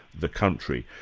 the country.